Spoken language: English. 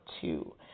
two